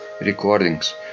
recordings